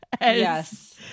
Yes